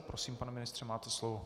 Prosím, pane ministře, máte slovo.